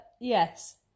yes